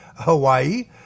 Hawaii